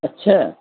اچھا